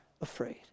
afraid